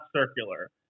circular